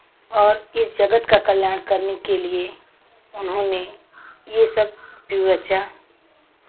और जगत का कल्याण करने के लिए उन्होंने ये सब व्यूह रचा